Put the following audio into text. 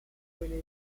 quelle